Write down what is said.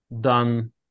done